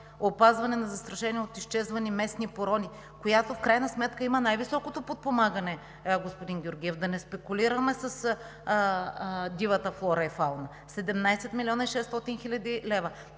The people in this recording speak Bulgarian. „Опазване на застрашени от изчезване местни породи“, която в крайна сметка има най-високото подпомагане, господин Георгиев, да не спекулираме с дивата флора и фауна. 17 млн. 600 хил. лв.